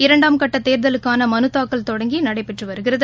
இரண்டாம் கட்ட தேர்தலுக்கான மலு தாக்கல் தொடங்கி நடைபெற்று வருகிறது